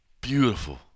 beautiful